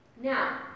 Now